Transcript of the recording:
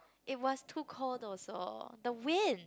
it was too cold also the wind